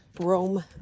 rome